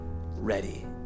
ready